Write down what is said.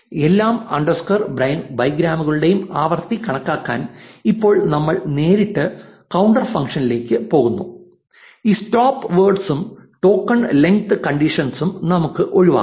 എല്ലാ അണ്ടർസ്കോർ ബൈഗ്രാമുകളുടെയും ആവൃത്തി കണക്കാക്കാൻ ഇപ്പോൾ നമ്മൾ നേരിട്ട് കൌണ്ടർ ഫംഗ്ഷനിലേക്ക് പോകുന്നു ഈ സ്റ്റോപ്പ് വേർഡ്സ് ഉം ടോക്കൺ ലെങ്ത് കണ്ടിഷൻ ഉം നമുക്ക് ഒഴിവാക്കാം